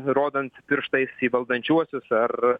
rodant pirštais į valdančiuosius ar